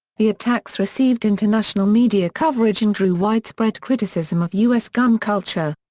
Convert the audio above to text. the attacks received international media coverage and drew widespread criticism of u s. gun culture.